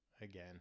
again